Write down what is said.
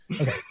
Okay